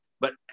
but-